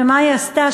שמה היא עשתה?